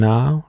Now